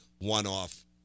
one-off